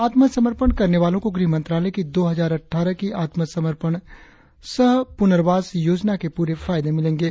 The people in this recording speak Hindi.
आत्मसमर्पण करने वालों को गृहमंत्रालय की दो हजार आट्ठारह की समर्पण सह पुनर्वास योजना के पूरे फायदे मिलेंगे